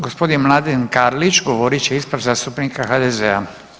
Gospodin Mladen Karlić govorit će ispred zastupnika HDZ-a.